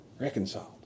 reconciled